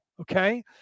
Okay